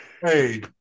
Hey